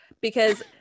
because-